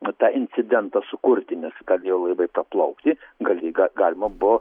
kad tą incidentą sukurti nes kad jau laivai praplaukti gal lyg galima buvo